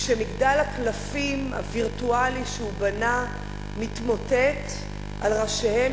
כשמגדל הקלפים הווירטואלי שהוא בנה מתמוטט על ראשיהם